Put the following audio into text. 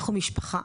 אנחנו משפחה,